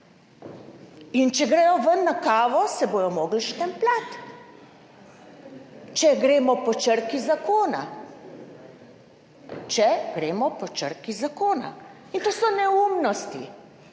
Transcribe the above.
in če gredo ven na kavo, se bodo mogli štempljati, če gremo po črki zakona. Če gremo po črki zakona. In to so neumnosti.